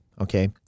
Okay